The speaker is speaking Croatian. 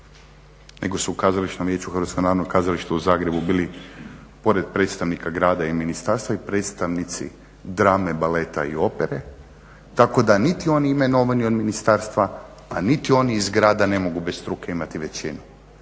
nego su u Kazališnom vijeću HNK-a u Zagrebu bili pored predstavnika grada i ministarstva i predstavnici drame, baleta i opera tako da niti oni imenovani od ministarstva, a niti oni iz grada ne mogu bez struke imati većinu